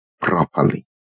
properly